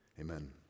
Amen